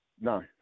No